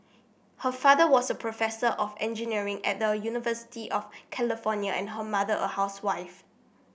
her father was a professor of engineering at the University of California and her mother a housewife